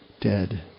dead